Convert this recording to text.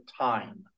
time